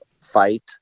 fight